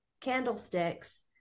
candlesticks